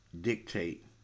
dictate